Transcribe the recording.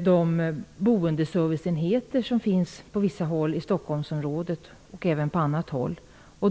de boendeserviceenheter som finns på vissa håll i Stockholmsområdet, och även på annat håll.